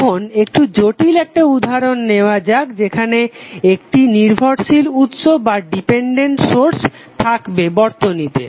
এখন একটু জটিল একটা উদাহরণ নেওয়া যাক যেখানে একটি নির্ভরশীল উৎস থাকবে বর্তনীতে